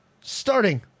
starting